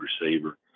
receiver